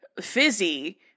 Fizzy